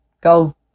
go